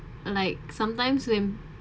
like sometimes when